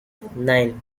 nine